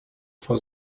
for